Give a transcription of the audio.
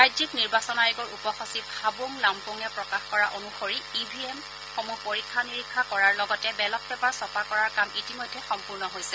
ৰাজ্যিক নিৰ্বাচন আয়োগৰ উপ সচিব হাবুং লামপুঙে প্ৰকাশ কৰা অনুসৰি ই ভি এমসমূহ পৰীক্ষা নিৰীক্ষা কৰাৰ লগতে বেলট পেপাৰ ছপা কৰাৰ কাম ইতিমধ্যে সম্পূৰ্ণ হৈছে